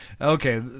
Okay